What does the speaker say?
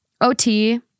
OT